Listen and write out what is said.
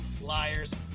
liars